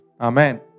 Amen